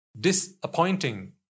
disappointing